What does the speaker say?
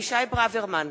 אבישי ברוורמן,